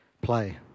play